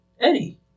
Eddie